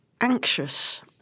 anxious